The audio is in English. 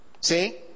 See